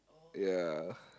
ya